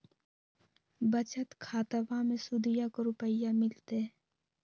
बचत खाताबा मे सुदीया को रूपया मिलते?